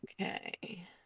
Okay